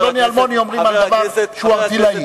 פלוני אלמוני אומרים על דבר שהוא ערטילאי.